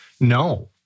No